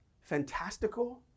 fantastical